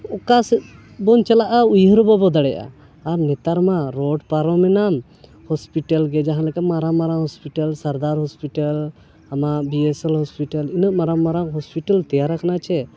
ᱚᱠᱟ ᱥᱮᱫ ᱵᱚᱱ ᱪᱟᱞᱟᱜᱼᱟ ᱩᱭᱦᱟᱹᱨ ᱵᱟᱵᱚ ᱫᱟᱲᱮᱭᱟᱜᱼᱟ ᱟᱨ ᱱᱮᱛᱟᱨ ᱢᱟ ᱨᱳᱰ ᱯᱟᱨᱚᱢ ᱮᱱᱟᱢ ᱦᱳᱥᱯᱤᱴᱟᱞ ᱜᱮ ᱡᱟᱦᱟᱸ ᱞᱮᱠᱟ ᱢᱟᱨᱟᱝ ᱢᱟᱨᱟᱝ ᱦᱳᱥᱯᱤᱴᱟᱞ ᱥᱟᱨᱫᱟᱨ ᱦᱳᱥᱯᱤᱴᱟᱞ ᱟᱢᱟᱜ ᱵᱤ ᱮᱥ ᱮᱞ ᱦᱚᱥᱯᱤᱴᱟᱞ ᱤᱱᱟᱹᱜ ᱢᱟᱨᱟᱝ ᱢᱟᱨᱟᱝ ᱦᱳᱥᱯᱤᱴᱟᱞ ᱛᱮᱭᱟᱨ ᱟᱠᱟᱱᱟ ᱪᱮᱫ